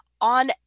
on